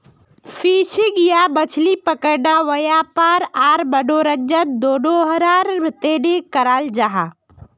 fishing या मछली पकड़ना वयापार आर मनोरंजन दनोहरार तने कराल जाहा